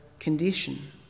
condition